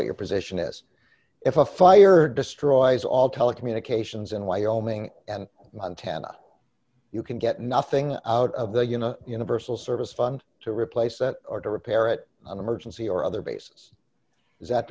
what your position is if a fire destroys all telecommunications in wyoming and montana you can get nothing out of the you know universal service fund to replace that or to repair it on emergency or other basis is that